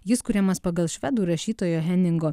jis kuriamas pagal švedų rašytojo heningo